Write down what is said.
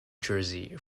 jersey